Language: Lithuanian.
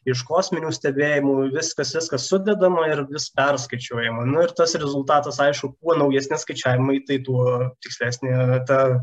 iš kosminių stebėjimų viskas viskas sudedama ir vis perskaičiuojama nu ir tas rezultatas aišku kuo naujesni skaičiavimai tai tuo tikslesnė ta